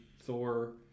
Thor